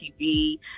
TV